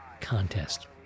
contest